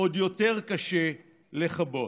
עוד יותר קשה לכבות.